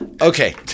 Okay